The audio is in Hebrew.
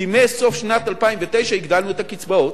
כי מסוף שנת 2009 הגדלנו את הקצבאות.